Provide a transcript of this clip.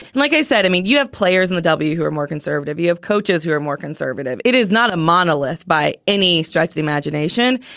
like i said, i mean you have players in the w who are more conservative. you have coaches who are more conservative. it is not a monolith by any stretch of the imagination.